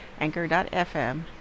anchor.fm